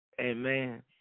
amen